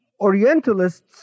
Orientalists